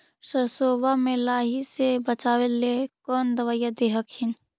सरसोबा मे लाहि से बाचबे ले कौन दबइया दे हखिन?